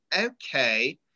okay